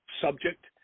subject